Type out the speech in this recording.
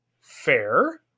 Fair